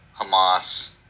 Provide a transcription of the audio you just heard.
Hamas